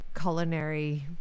culinary